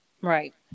Right